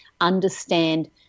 understand